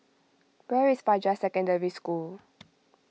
where is Fajar Secondary School